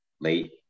late